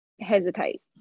hesitate